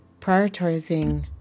prioritizing